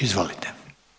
Izvolite.